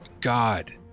God